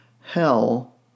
hell